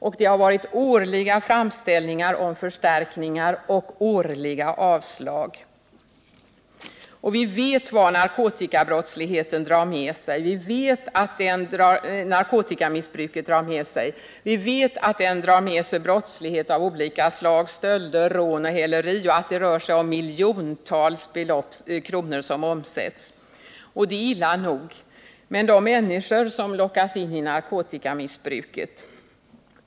Varje år har det gjorts framställningar om förstärkningar, men varje gång har det blivit avslag. Vi vet vad narkotikabruket drar med sig. Följderna blir olika slags brottslighet, t.ex. stölder, rån och häleri, och miljontals kronor omsätts. Detta är illa nog, men värst är att människor lockas in i narkotikamissbruket.